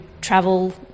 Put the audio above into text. travel